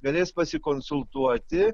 galės pasikonsultuoti